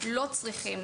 לא צריכים,